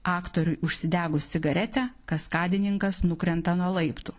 aktoriui užsidegus cigaretę kaskadininkas nukrenta nuo laiptų